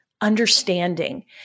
understanding